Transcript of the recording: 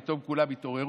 פתאום כולם התעוררו.